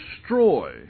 destroy